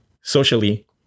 Socially